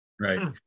Right